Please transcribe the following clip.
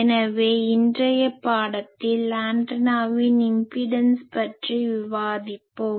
எனவே இன்றைய பாடத்தில் ஆண்டனாவின் இம்பிடன்ஸ் பற்றி விவாதிப்போம்